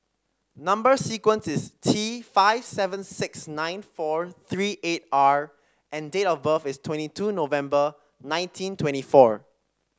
number sequence is T five seven six nine four three eight R and date of birth is twenty two November nineteen twenty four